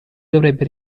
dovrebbe